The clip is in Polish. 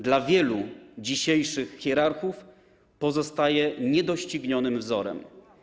Dla wielu dzisiejszych hierarchów pozostaje niedoścignionym wzorem.